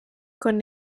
con